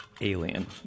alien